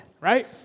right